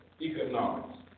economics